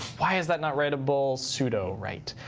why is that not writable? sudo write.